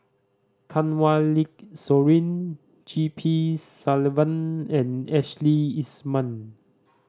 Kanwaljit Soin G P Selvam and Ashley Isham